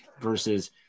versus